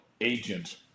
agent